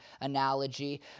analogy